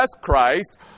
Christ